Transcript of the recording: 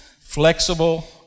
Flexible